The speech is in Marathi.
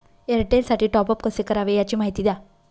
एअरटेलसाठी टॉपअप कसे करावे? याची माहिती द्या